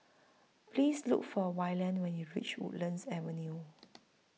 Please Look For Wayland when YOU REACH Woodlands Avenue